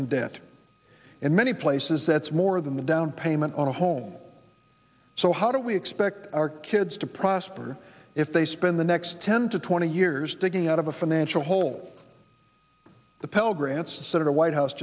in debt in many places that's more than the downpayment on a home so how do we expect our kids to prosper if they spend the next ten to twenty years digging out of a financial hole the